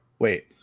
weight